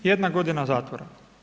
Jedna godina zatvora.